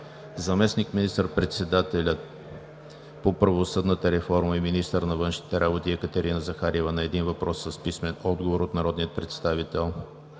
заместник министър-председателят по правосъдната реформа и министър на външните работи Екатерина Захариева на един въпрос с писмен отговор от народния представител